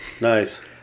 Nice